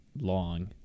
long